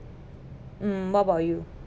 mm what about you